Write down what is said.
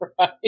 right